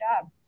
job